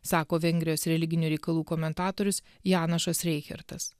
sako vengrijos religinių reikalų komentatorius janušas reichertas